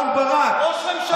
שהם כותבים.